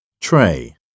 tray